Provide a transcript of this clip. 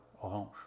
orange